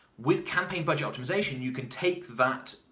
with campaign budget optimization you can take that,